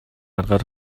аргаар